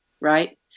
right